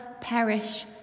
perish